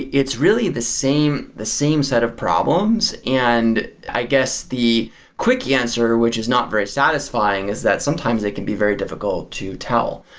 it's really the same the same set of problems, and i guess the quick answer, which is not very satisfying is that sometimes it can be very difficult to tell.